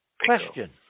Question